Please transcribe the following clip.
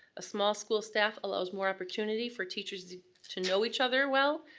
a small school staff allows more opportunity for teachers to know each other well,